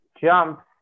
jumps